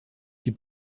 die